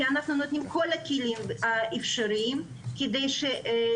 כי אנחנו נותנים את כל הכלים האפשריים כדי להוריד